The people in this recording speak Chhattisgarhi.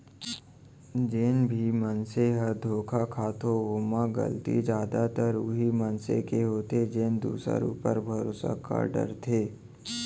जेन भी मनसे ह धोखा खाथो ओमा गलती जादातर उहीं मनसे के होथे जेन दूसर ऊपर भरोसा कर डरथे